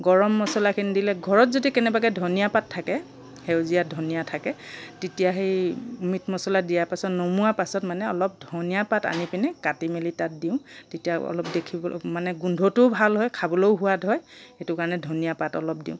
গৰম মচলাখিনি দিলে ঘৰত যদি কেনেবাকৈ ধনিয়া পাত থাকে সেইজীয়া ধনিয়া থাকে তেতিয়া সেই মিট মচলা দিয়া পাছত নমোৱা পাছত মানে অলপ ধনিয়া পাত আনি পেনে কাটিমেলি তাত দিওঁ তেতিয়া অলপ দেখিব মানে গোন্ধটোও ভাল হয় খাবলৈও সোৱাদ হয় সেইটো কাৰণে ধনিয়া পাত অলপ দিওঁ